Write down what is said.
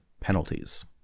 penalties